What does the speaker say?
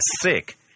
sick